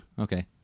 Okay